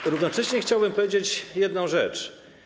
Ale równocześnie chciałbym powiedzieć jedną rzecz.